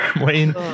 Wayne